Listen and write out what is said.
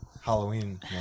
Halloween